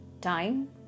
time